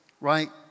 right